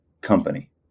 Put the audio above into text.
company